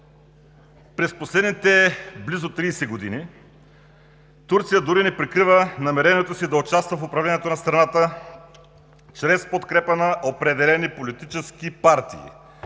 През последните близо 30 години Турция дори не прикрива намерението си да участва в управлението на страната чрез подкрепа на определени политически партии.